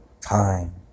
Time